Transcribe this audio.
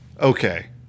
Okay